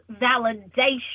validation